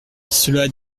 cela